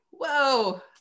Whoa